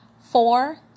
four